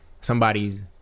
somebody's